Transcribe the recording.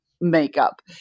makeup